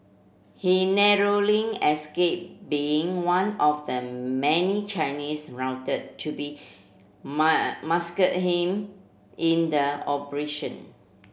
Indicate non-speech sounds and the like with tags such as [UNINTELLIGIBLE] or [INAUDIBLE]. he narrowly escaped being one of the many Chinese rounded to be [UNINTELLIGIBLE] massacred him in the operation